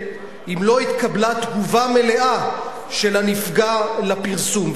אם לא התקבלה תגובה מלאה של הנפגע לפרסום.